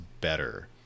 better